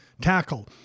tackle